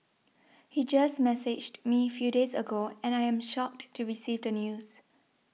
he just messaged me few days ago and I am shocked to receive the news